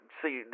see